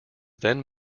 then